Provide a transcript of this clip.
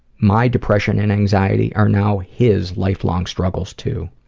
my depression and anxiety are now his lifelong struggles too.